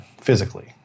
physically